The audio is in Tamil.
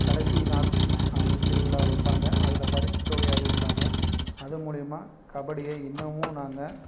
கடைசி நாள் அந்த திருவிழா வைப்பாங்க அதில் பரிசு தொகையை அறிவிப்பாங்க அது மூலிமா கபடியை இன்னும் நாங்கள்